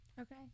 Okay